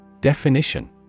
Definition